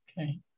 Okay